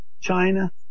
China